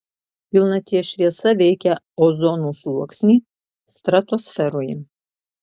pilnaties šviesa veikia ozono sluoksnį stratosferoje